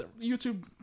YouTube